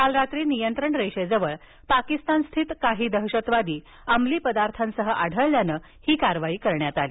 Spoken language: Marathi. काल रात्री नियंत्रण रेषेजवळ पाकिस्तानस्थित काही दहशतवादी अमली पदार्थांसह आढळल्यानं ही कारवाई करण्यात आली